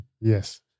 yes